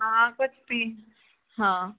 हा